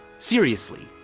seriously.